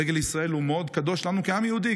דגל ישראל הוא מאוד קדוש לנו בעם היהודי.